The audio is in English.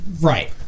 Right